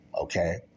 okay